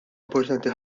importanti